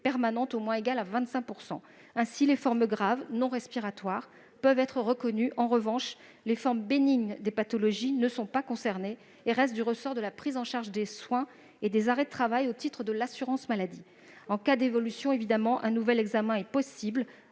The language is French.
permanente au moins égal à 25 %. Ainsi, les formes graves, non respiratoires, de la covid peuvent être reconnues. En revanche, les formes bénignes des pathologies ne sont pas concernées et restent du ressort de la prise en charge des soins et des arrêts de travail, au titre de l'assurance maladie. En cas d'évolution, un nouvel examen est possible.